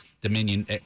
Dominion